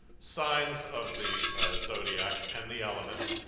signs of the zodiac and the elements,